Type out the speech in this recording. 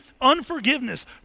unforgiveness